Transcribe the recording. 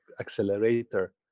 accelerator